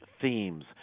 themes